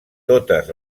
totes